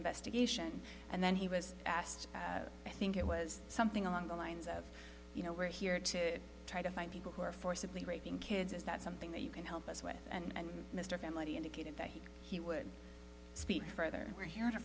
investigation and then he was asked i think it was something along the lines of you know we're here to try to find people who are forcibly raping kids is that something that you can help us with and mr family indicated that he would speak further we're here to